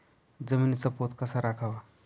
जमिनीचा पोत कसा राखावा?